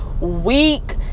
week